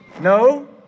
No